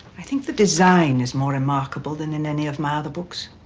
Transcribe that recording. i think the design is more remarkable than in any of my other books.